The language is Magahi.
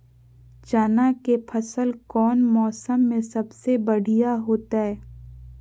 चना के फसल कौन मौसम में सबसे बढ़िया होतय?